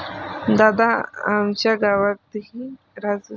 दादा, आमच्या गावातही राजू चक्की वाल्या कड़े शुद्ध मैदा मिळतो